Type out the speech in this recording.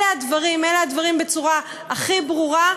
אלה הדברים, אלה הדברים בצורה הכי ברורה.